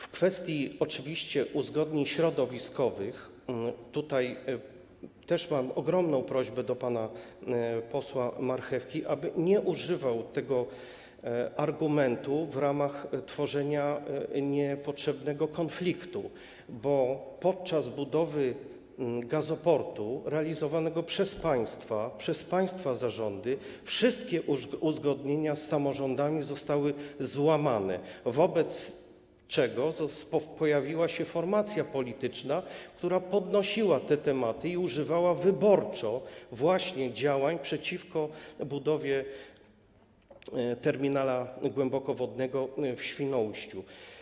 W kwestii uzgodnień środowiskowych też mam ogromną prośbę do pana posła Marchewki, aby nie używał tego argumentu w ramach tworzenia niepotrzebnego konfliktu, bo podczas budowy gazoportu realizowanej przez państwa, przez państwa zarządy, wszystkie uzgodnienia z samorządami zostały złamane, wobec czego pojawiła się formacja polityczna, która podnosiła te tematy i używała wyborczo właśnie działań przeciwko budowie terminala głębokowodnego w Świnoujściu.